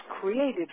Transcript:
created